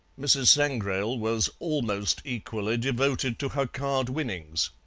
mrs. sangrail was almost equally devoted to her card winnings,